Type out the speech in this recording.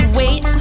wait